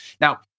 Now